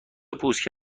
پوست